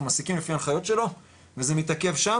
מעסיקים לפי ההנחיות שלו וזה מתעכב שם,